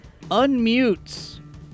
unmutes